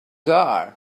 are